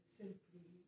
simply